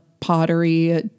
pottery